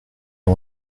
est